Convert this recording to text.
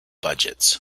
budgets